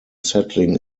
settling